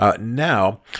now